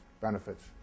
benefits